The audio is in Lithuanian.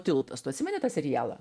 tiltas tu atsimeni tą serialą